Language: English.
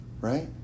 right